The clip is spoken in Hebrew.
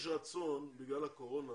יש רצון בגלל הקורונה